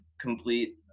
complete